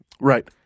Right